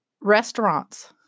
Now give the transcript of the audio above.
restaurants